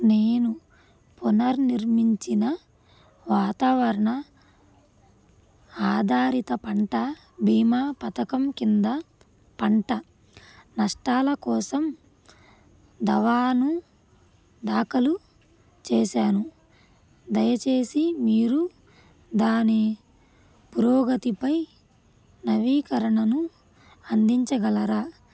నేను పునర్నిర్మించిన వాతావరణ ఆధారిత పంట భీమా పథకం కింద పంట నష్టాల కోసం దావాను దాఖలు చేసాను దయచేసి మీరు దాని పురోగతిపై నవీకరణను అందించగలరా